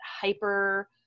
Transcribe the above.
hyper